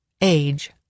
age